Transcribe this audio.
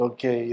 Okay